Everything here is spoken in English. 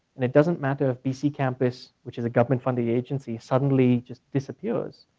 and it doesn't matter if dc campus, which is a government funding agency, suddenly just disappears.